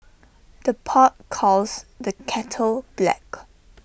the pot calls the kettle black